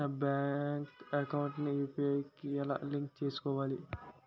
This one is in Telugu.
నా బ్యాంక్ అకౌంట్ ని యు.పి.ఐ కి ఎలా లింక్ చేసుకోవాలి?